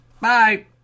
Bye